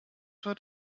wird